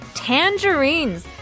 tangerines